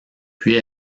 puis